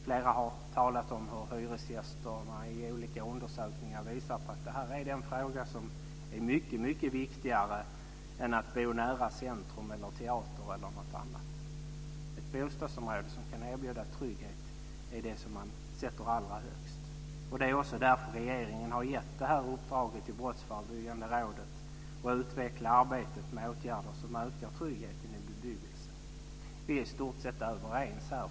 Flera har talat om hur hyresgästerna i olika undersökningar sagt att det är mycket viktigare än att bo nära centrum, teater eller något annat. Ett bostadsområde som kan erbjuda trygghet är det man sätter allra högst. Det är också därför regeringen har gett uppdraget till Brottsförebyggande rådet att utveckla arbetet med åtgärder som ökar tryggheten i bebyggelsen. Vi är i stort sett överens här.